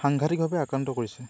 সাংঘাটিকভাৱে আক্ৰান্ত কৰিছে